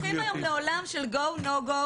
אבל אנחנו הולכים היום לעולם של go no go,